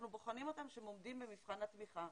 אנחנו בוחנים שהן עומדות במבחן התמיכה,